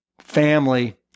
family